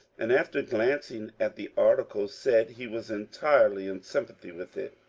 and after glancing at the article said he was entirely in sympathy with it.